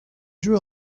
drew